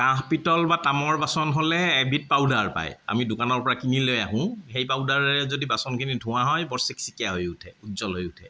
কাঁহ পিতল বা তামৰ বাচন হ'লে এবিধ পাউদাৰ পায় আমি দোকানৰ পৰা কিনি লৈ আহোঁ সেই পাউদাৰেৰে যদি বাচনখিনি ধোঁৱা হয় বৰ চিক্চিকিয়া হৈ উঠে উজ্জ্বল হৈ উঠে